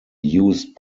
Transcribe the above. used